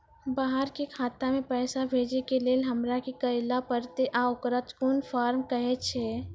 बाहर के खाता मे पैसा भेजै के लेल हमरा की करै ला परतै आ ओकरा कुन फॉर्म कहैय छै?